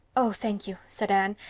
oh, thank you, said anne,